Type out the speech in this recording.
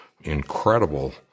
incredible